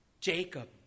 Jacob